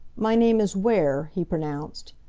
my name is ware, he pronounced,